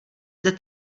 jde